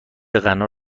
غنا